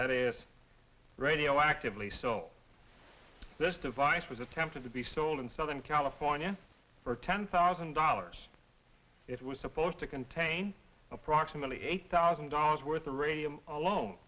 that asked radioactively so this device was attempted to be sold in southern california for ten thousand dollars it was supposed to contain approximately eight thousand dollars worth of radium alone